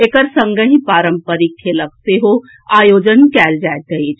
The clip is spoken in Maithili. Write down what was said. एकर संगहि पारंपरिक खेलक सेहो आयोजन कयल जायत अछि